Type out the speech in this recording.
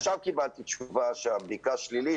עכשיו קיבלתי תשובה שהבדיקה שלילית,